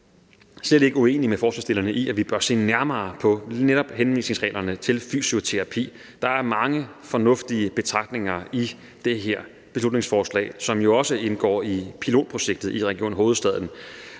Jeg er slet ikke uenig med forslagsstillerne i, at vi bør se nærmere på lige netop henvisningsreglerne til fysioterapi, og der er mange fornuftige betragtninger i det her beslutningsforslag, som jo også indgår i pilotprojektet i Region Hovedstaden.